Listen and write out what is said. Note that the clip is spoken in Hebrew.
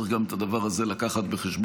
צריך גם את הדבר הזה להביא בחשבון.